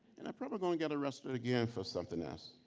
and i'm probably going to get arrested again for something else.